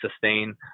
sustain